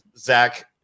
Zach